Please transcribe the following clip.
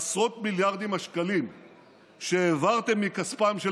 עשרות מיליארדי השקלים שהעברתם מכספם של